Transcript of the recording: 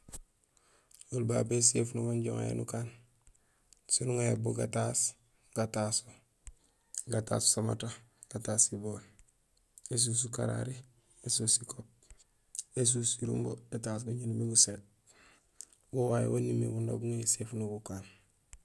Oli babé éséfuno wanja uŋa yo nukaan; siin uŋa yo bu gataas, gataso, gataas usamata, gataas sibool, ésuus ukarari, ésuus sikop, ésuus sirumbo, étaas guñéni min guséét. Wo wawé waan imimé wo nak guŋa néséfuno gukaan.